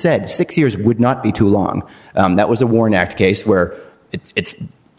said six years would not be too long that was a war next case where it's